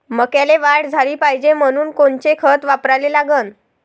मक्याले वाढ झाली पाहिजे म्हनून कोनचे खतं वापराले लागन?